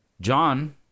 John